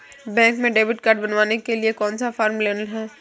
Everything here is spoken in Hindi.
बैंक में डेबिट कार्ड बनवाने के लिए कौन सा फॉर्म लेना है?